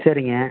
சரிங்க